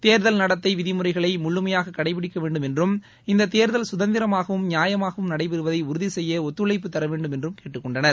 தேர்தல் நடத்தை விதிமுறைகளை முழுமையாக கடைபிடிக்கவேண்டும் என்றும் இந்த தேர்தல் குதந்திரமாகவும் நியாயமாகவும் நடைபெறுவதை உறுதி செய்ய ஒத்துழைப்பு தரவேண்டும் என்றும் கேட்டுக்கொண்டனர்